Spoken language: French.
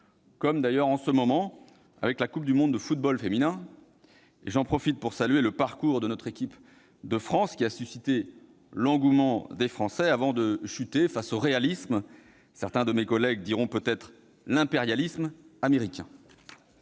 moment, le déroulement de la Coupe du monde de football féminin. J'en profite pour saluer le parcours de notre équipe de France, qui a suscité l'engouement des Français avant de chuter face au réalisme- certains de mes collègues diront peut-être l'impérialisme -américain.